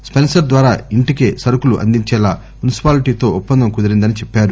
Spencer ద్వారా ఇంటికే సరుకులు అందించేలా మునిసిపాలిటీతో ఒప్పందం కుదిరిందని చెప్పారు